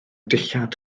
dillad